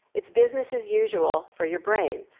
it's business as usual for your brain.